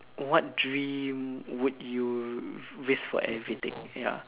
what dream would you risk for everything ya